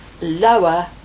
lower